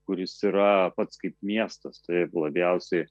kuris yra pats kaip miestas taip labiausiai